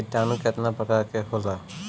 किटानु केतना प्रकार के होला?